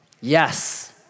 Yes